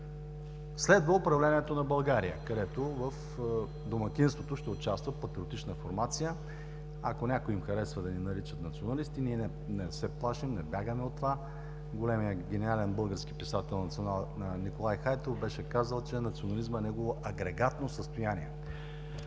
Следва управлението на България, където в домакинството ще участва патриотична формация. Ако на някои им харесва да ни наричат – националисти, ние не се плашим, не бягаме от това. Големият гениален български писател Николай Хайтов беше казал, че национализмът е негово агрегатно състояние.